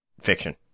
fiction